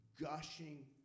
gushing